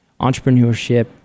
entrepreneurship